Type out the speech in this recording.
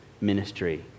ministry